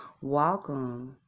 welcome